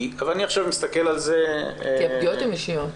כי הפגיעות הן אישיות.